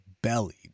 Belly